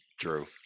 True